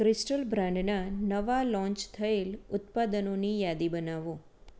crystal બ્રાન્ડનાં નવાં launch થયેલ ઉત્પાદનોની યાદી બનાવો